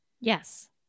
Yes